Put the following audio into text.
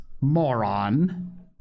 moron